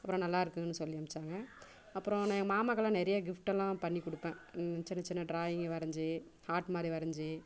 அப்புறம் நல்லா இருக்குன்னு சொல்லி அமிச்சாங்க அப்புறம் நான் எங்கள் மாமாக்குலாம் நிறையா கிப்ட் எல்லாம் பண்ணி கொடுப்பேன் சின்ன சின்ன டிராயிங் வரஞ்சு ஹாட் மாதிரி வரஞ்சு